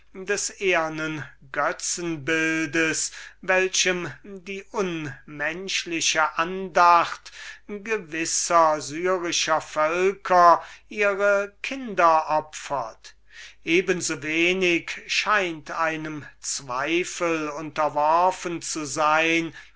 des ehernen götzenbildes welchem die andacht gewisser syrischer völker wie man sagt ihre kinder opfert eben so wenig scheint es einem zweifel unterworfen zu sein